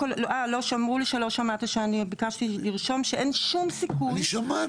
אמרו לי שלא שמעת שביקשתי לרשום שאין שום סיכוי --- אני שמעתי.